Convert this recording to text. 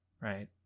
right